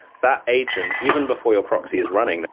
that agent, even before your proxy is running,